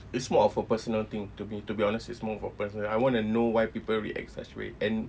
it's more of a personal thing to be to be honest it's more of a personal I want to know why people act such way and